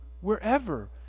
wherever